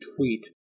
tweet